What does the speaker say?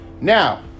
Now